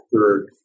third